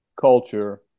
culture